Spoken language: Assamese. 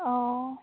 অঁ